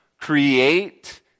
Create